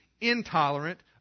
intolerant